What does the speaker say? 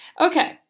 Okay